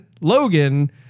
Logan